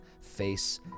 face